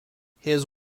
his